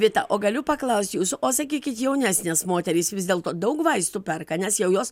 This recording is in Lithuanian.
vita o galiu paklaust jūsų o sakykit jaunesnės moterys vis dėl to daug vaistų perka nes jau jos